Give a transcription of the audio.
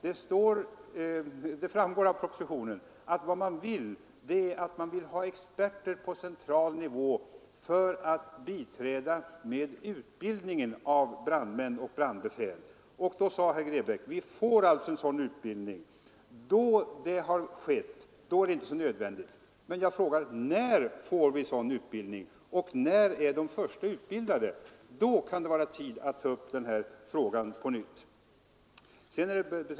Det står i propositionen att man vill ha experter på central nivå för att biträda med utbildningen av brandmän och brandbefäl. Om detta sade herr Grebäck att när vi har fått en sådan utbildning är det inte så nödvändigt med länsbrandinspektörer. Men när får vi en sådan utbildning, och när är de första utbildade? När vi kommit så långt kan det vara tid att ta upp den här frågan på nytt.